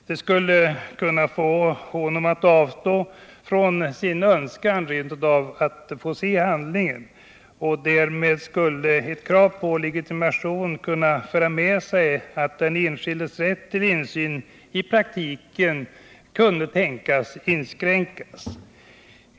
Det skulle kunna få honom att avstå från sin önskan att se handlingen. Därmed skulle ett krav på legitimation kunna föra med sig att den enskildes rätt till insyn i praktiken inskränktes.